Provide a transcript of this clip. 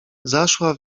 zaszła